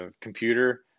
computer